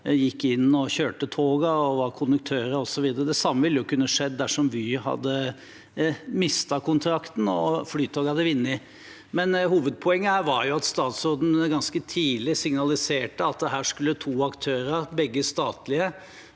gikk inn og kjørte togene, som var konduktører osv. Det samme ville jo kunne skjedd dersom Vy hadde mistet kontrakten og Flytoget hadde vunnet. Hovedpoenget var at statsråden ganske tidlig signaliserte at her skulle to aktører, begge statlige,